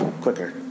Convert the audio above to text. quicker